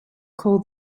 call